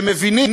שמבינים